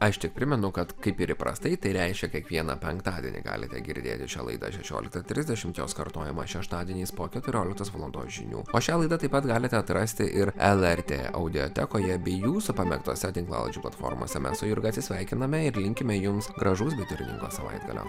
aš tik primenu kad kaip ir įprastai tai reiškia kiekvieną penktadienį galite girdėti šią laidą šešiolika trisdešimt jos kartojimą šeštadieniais po keturioliktos valandos žinių o šią laidą taip pat galite atrasti ir lrt audiotekoje bei jūsų pamėgtose tinklalaidžių platformose mes su jurga atsisveikiname ir linkime jums gražaus bei turiningo savaitgalio